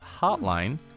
hotline